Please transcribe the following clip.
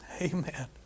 Amen